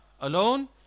alone